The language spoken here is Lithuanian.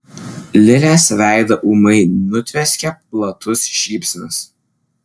lilės veidą ūmai nutvieskė platus šypsnys